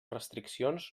restriccions